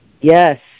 Yes